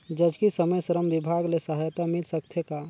जचकी समय श्रम विभाग ले सहायता मिल सकथे का?